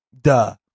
Duh